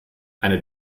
eine